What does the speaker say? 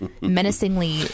menacingly